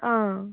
हां